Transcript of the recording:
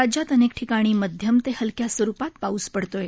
राज्यात अनेक ठिकाणी मध्यम ते हलक्या स्वरुपात पाऊस पडतो आहे